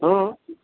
હં